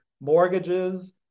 mortgages